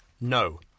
No